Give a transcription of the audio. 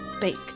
baked